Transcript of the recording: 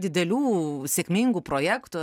didelių sėkmingų projektų